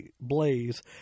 blaze